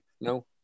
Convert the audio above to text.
No